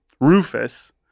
Rufus